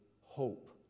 hope